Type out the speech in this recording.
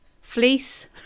fleece